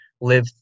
live